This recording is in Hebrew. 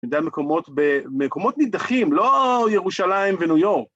וגם מקומות ב... מקומות נידחים, לא ירושלים וניו יורק.